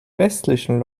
restlichen